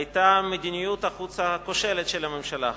היתה מדיניות החוץ הכושלת של הממשלה הזאת.